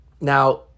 Now